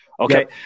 Okay